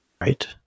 Right